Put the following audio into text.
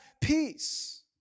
peace